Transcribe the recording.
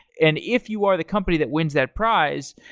and if you are the company that wins that prize,